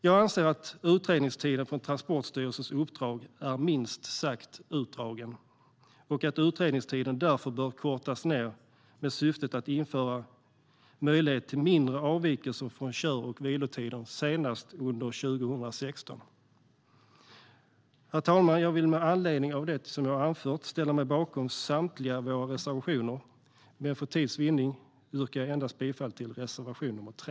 Jag anser att utredningstiden för Transportstyrelsens uppdrag är minst sagt utdragen och att utredningstiden därför bör kortas ned med syftet att införa möjlighet till mindre avvikelser från kör och vilotider senast under 2016. Herr talman! Med anledning av det som jag har anfört vill jag ställa mig bakom samtliga våra reservationer, men för tids vinnande yrkar jag bifall endast till reservation 3.